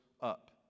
up